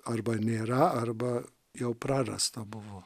arba nėra arba jau prarasta buvo